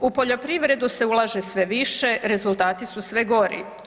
U poljoprivredu se ulaže sve više, rezultati su sve gori.